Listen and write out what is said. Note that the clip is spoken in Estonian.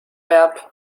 peab